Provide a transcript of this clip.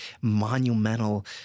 monumental